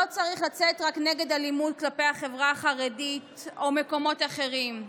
לא צריך לצאת רק נגד אלימות כלפי החברה החרדית או מקומות אחרים,